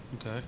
Okay